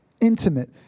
intimate